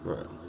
Right